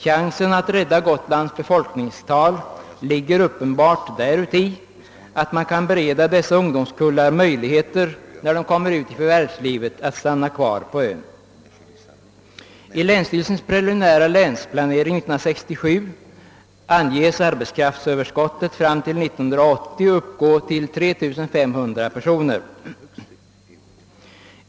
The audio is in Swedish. Chansen att rädda Gotlands befolkningstal ligger uppenbarligen i att man kan bereda dessa ungdomskullar möjligheter att stanna kvar på ön, när de kommer ut i förvärvslivet. I länsstyrelsens preliminära länsplanering 1967 anges arbetskraftöverskottet fram till 1980 till 3 500 personer.